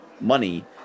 money